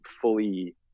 fully